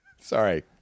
Sorry